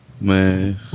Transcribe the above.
Man